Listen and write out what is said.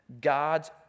God's